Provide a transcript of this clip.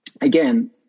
again